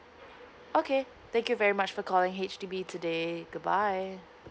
okay thank you very much for calling H_D_B today good bye